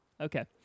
Okay